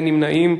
אין נמנעים.